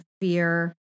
fear